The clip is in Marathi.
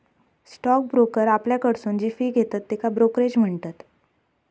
स्टॉक ब्रोकर आपल्याकडसून जी फी घेतत त्येका ब्रोकरेज म्हणतत